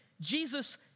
Jesus